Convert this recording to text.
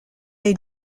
est